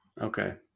Okay